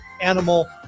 animal